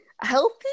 Healthy